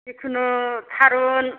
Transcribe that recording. जिखुनु थारुन